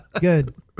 Good